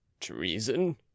Treason